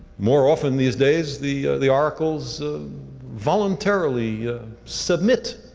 more often these days the the oracles voluntarily submit